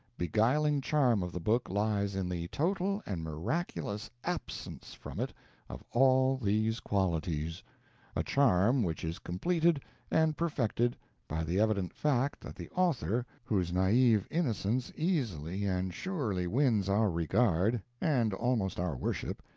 beguiling charm of the book lies in the total and miraculous absence from it of all these qualities a charm which is completed and perfected by the evident fact that the author, whose naive innocence easily and surely wins our regard, and almost our worship,